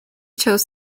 chose